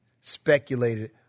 speculated